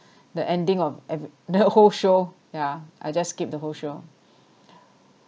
the ending of every the whole show yeah I just skip the whole show